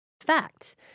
fact